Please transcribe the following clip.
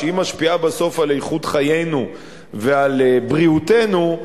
שמשפיעה בסוף על איכות חיינו ועל בריאותנו,